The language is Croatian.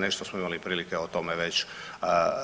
Nešto smo imali prilike o tome već